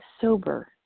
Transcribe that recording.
sober